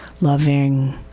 loving